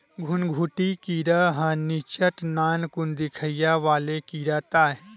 घुनघुटी कीरा ह निच्चट नानकुन दिखइया वाले कीरा ताय